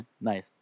Nice